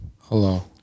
Hello